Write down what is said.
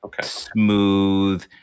smooth